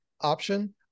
option